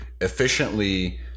efficiently